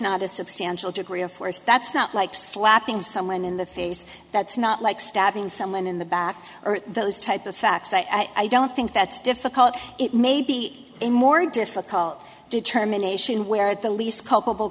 not a substantial degree of force that's not like slapping someone in the face that's not like stabbing someone in the back or those type of facts i don't think that's difficult it may be a more difficult determination where at the least culpable